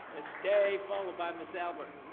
day, followed by ms. albert.